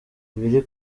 ibiri